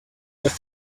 their